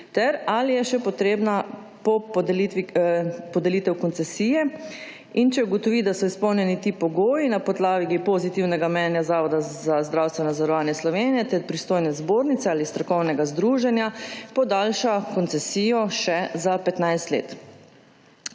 ali je še potrebna podelitev koncesije, in če ugotovi, da so izpolnjeni ti pogoji na podlagi pozitivnega mnenja Zavoda za zdravstveno zavarovanje Slovenije ter pristojne zbornice ali strokovnega združenja, podaljša koncesijo še za 15 let.